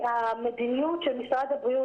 המדיניות של משרד הבריאות,